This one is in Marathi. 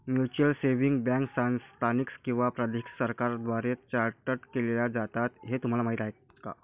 म्युच्युअल सेव्हिंग्ज बँका स्थानिक किंवा प्रादेशिक सरकारांद्वारे चार्टर्ड केल्या जातात हे तुम्हाला माहीत का?